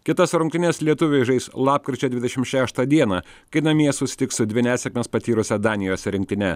kitas rungtynes lietuviai žais lapkričio dvidešim šeštą dieną kai namie susitiks su dvi nesėkmes patyrusia danijos rinktine